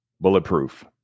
Bulletproof